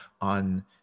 on